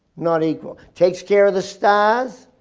not equal. takes care of the stars,